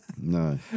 No